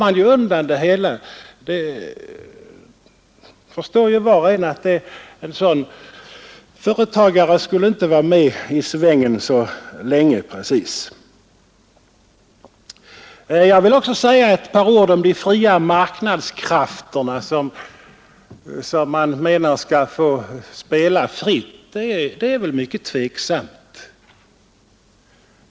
Men var och en förstår väl att en sådan företagare inte skulle vara med i svängen så särskilt länge. Sedan vill jag också säga några ord om de fria marknadskrafterna, som många menar skall få spela fritt. Det där är väl mycket tveksamt.